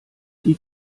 die